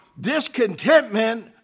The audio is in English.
discontentment